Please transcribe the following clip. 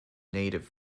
native